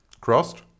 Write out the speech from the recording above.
crossed